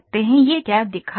यह क्या दिखा रहा है